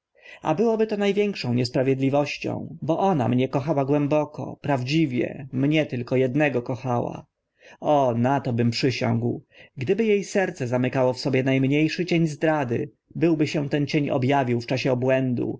byłoby to na większą niesprawiedliwością bo ona mnie kochała głęboko prawdziwie mnie tylko ednego kochała o na to bym przysiągł gdyby e serce zamykało w sobie na mnie szy cień zdrady byłby się ten cień ob awił w czasie obłędu